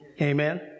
Amen